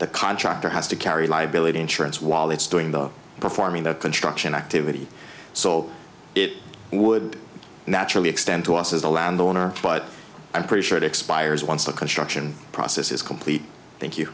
the contractor has to carry liability insurance while it's doing the performing the construction activity so it would naturally extend to us as a land owner but i'm pretty sure it expires once the construction process is complete thank you